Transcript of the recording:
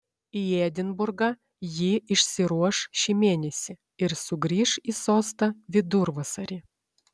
į edinburgą ji išsiruoš šį mėnesį ir sugrįš į sostą vidurvasarį